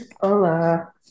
Hola